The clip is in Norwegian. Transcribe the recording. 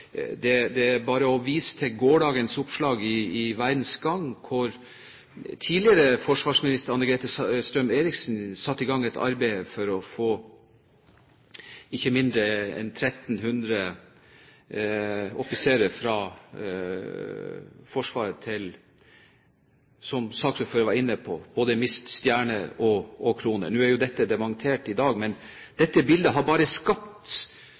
vise til gårsdagens oppslag i Verdens Gang: Tidligere forsvarsminister Anne-Grete Strøm-Erichsen satte i gang et arbeid for at ikke mindre enn 1 300 offiserer fra Forsvaret, som også Nordtun var inne på, skulle miste stjerner, striper og kroner. Nå er dette dementert i dag, men dette bildet har bare skapt